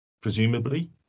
presumably